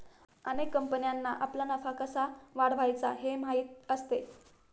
अनेक कंपन्यांना आपला नफा कसा वाढवायचा हे माहीत असते